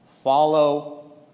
follow